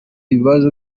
ibibazo